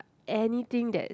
anything that